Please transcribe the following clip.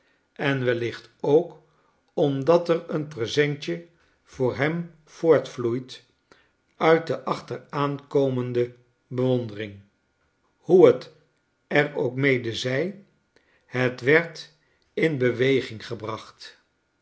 en wellicht ook omdat er een presentje voor hem voortvloeit uit de achteraankomende bewondering hoe t er ook mede zij het werd in beweging gebracht